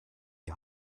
die